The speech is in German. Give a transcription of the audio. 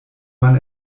man